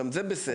גם זה בסדר.